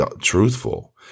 truthful